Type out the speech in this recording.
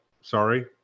sorry